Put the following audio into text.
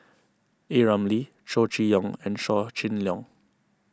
A Ramli Chow Chee Yong and Yaw Shin Leong